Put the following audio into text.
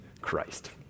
Christ